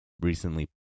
recently